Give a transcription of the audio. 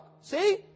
see